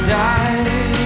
die